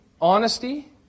honesty